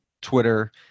Twitter